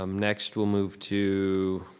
um next we'll move to